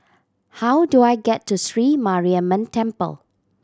how do I get to Sri Mariamman Temple